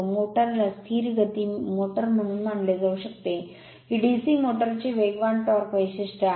motor ला स्थिर गती मोटर म्हणून मानले जाऊ शकते ही DC मोटर ची वेगवान टॉर्क वैशिष्ट्ये आहे